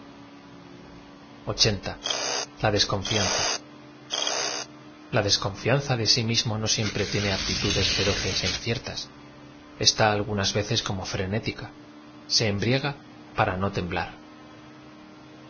dtmconfiama l a desconfianza de si mismo no siempre tiene apti tudes feroces é inciertaa está algunas veces como frenética se em briaga para no temblar